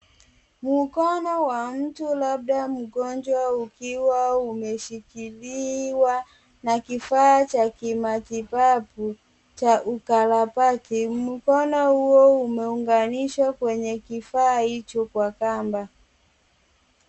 Mkono wa mtu labda mgonjwa ukiwa umeshikiliwa na kifaa cha kimatibabu cha ukarabati. Mkono huo umeunganishwa kwenye kifaa hicho kwa kamba.